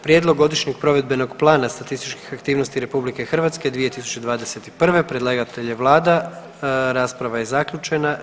Prijedlog Godišnjeg provedbenog plana statističkih aktivnosti RH za 2021.g., predlagatelj je Vlada, rasprava je zaključena.